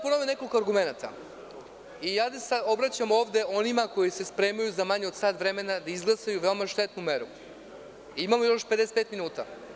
Ponovio bih nekoliko argumenata i obraćam se ovde onima koji se spremaju da za manje od sat vremena izglasaju veoma štetnu meru, a imamo još 55 minuta.